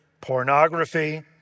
pornography